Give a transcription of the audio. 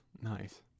Nice